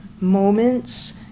moments